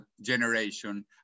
generation